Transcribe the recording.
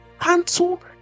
cancel